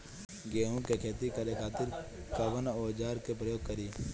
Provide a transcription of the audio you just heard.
गेहूं के खेती करे खातिर कवन औजार के प्रयोग करी?